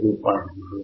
4 వోల్టులు